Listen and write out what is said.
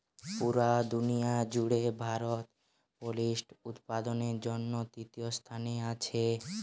পুরা দুনিয়ার জুড়ে ভারত পোল্ট্রি উৎপাদনের জন্যে তৃতীয় স্থানে আছে